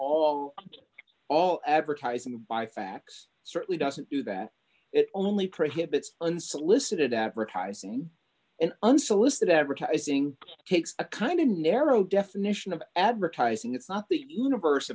all all advertising by fax certainly doesn't do that it only prohibits unsolicited advertising and unsolicited advertising takes a kind of narrow definition of advertising it's not the univers